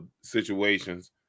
situations